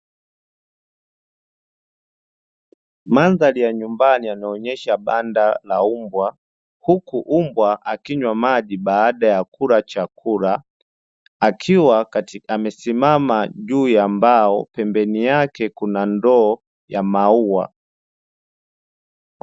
Mandhari ya nyumbani yanaonyesha banda la mbwa, huku mbwa akinywa maji baada ya kula chakula, akiwa amesimama juu ya mbao pembeni yake kuna ndoo ya maua.